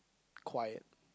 quiet